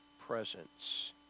presence